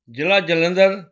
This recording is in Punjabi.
ਜ਼ਿਲ੍ਹਾ ਜਲੰਧਰ